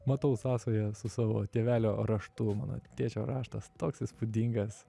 matau sąsają su savo tėvelio raštu mano tėčio raštas toks įspūdingas